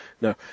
No